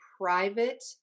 private